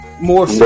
more